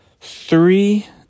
three